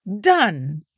Done